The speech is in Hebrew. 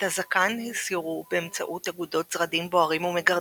את ה"זקן" הסירו באמצעות אגודות זרדים בוערים ומגרדים,